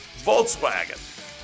Volkswagen